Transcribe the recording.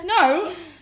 No